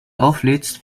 auflädst